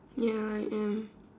ya I am